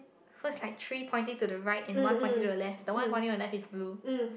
so is like three pointing to the right and one pointing to the left the one pointing on the left is blue